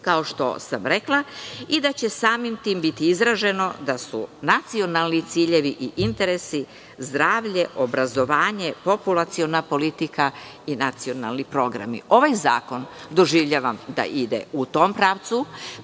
kao što sam rekla, i da će samim tim biti izraženo da su nacionalni ciljevi i interesi zdravlje, obrazovanje, populaciona politika i nacionalni program. Ovaj zakon doživljavam da ide u tom pravcu.